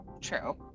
true